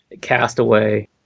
Castaway